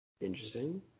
Interesting